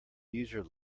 user